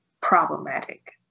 problematic